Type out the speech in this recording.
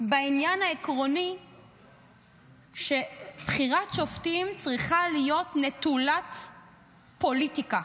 בעניין העקרוני שבחירת שופטים צריכה להיות נטולת פוליטיקה.